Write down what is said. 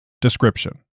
Description